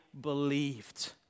believed